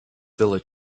through